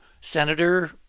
Senator